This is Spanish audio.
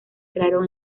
crearon